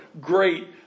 great